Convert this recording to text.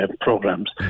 programs